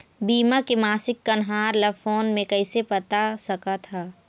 बीमा के मासिक कन्हार ला फ़ोन मे कइसे पता सकत ह?